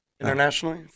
Internationally